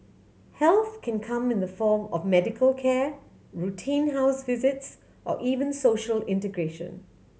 help can come in the form of medical care routine house visits or even social integration